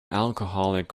alcoholic